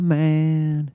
man